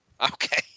Okay